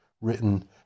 written